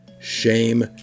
Shame